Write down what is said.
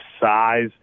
size